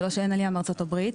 זה לא שאין עלייה מארצות הברית.